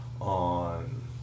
on